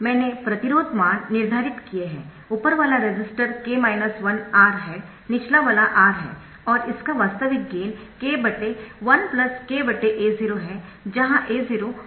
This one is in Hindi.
मैंने प्रतिरोध मान निर्धारित किए है ऊपर वाला रेसिस्टर R है निचला वाला R है और इसका वास्तविक गेन k 1 k A0 है जहां A0 ऑप एम्प का गेन है